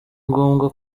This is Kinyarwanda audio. ngombwa